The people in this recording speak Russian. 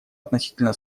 относительно